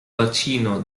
bacino